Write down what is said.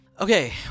Okay